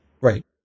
right